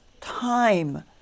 time